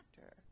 actor